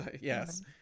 Yes